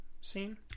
scene